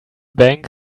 bank